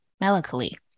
Melancholy